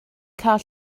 cael